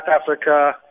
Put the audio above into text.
Africa